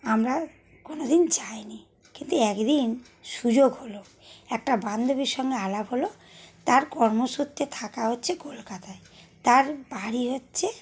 আমরা কোনো দিন যাই নি কিন্তু এক দিন সুযোগ হলো একটা বান্ধবীর সঙ্গে আলাপ হলো তার কর্মসূত্রে থাকা হচ্ছে কলকাতায় তার বাড়ি হচ্ছে